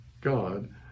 God